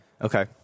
Okay